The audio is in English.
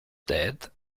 death